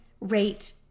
rate